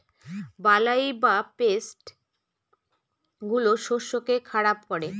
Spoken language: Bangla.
বালাই বা পেস্ট গুলো শস্যকে খারাপ করে